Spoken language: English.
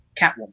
Catwoman